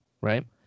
right